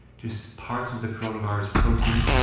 just parts of the coronavirus protein.